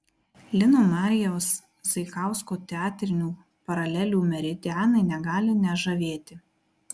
lino marijaus zaikausko teatrinių paralelių meridianai negali nežavėti